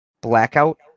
Blackout